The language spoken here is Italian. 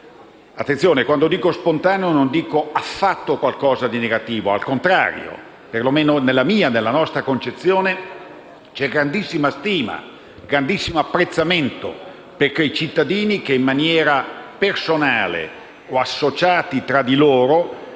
Quando dico «spontanea» non intendo affatto qualcosa di negativo, al contrario: nella mia, nella nostra concezione c'è grandissima stima e apprezzamento per quei cittadini che, in maniera personale o associata, danno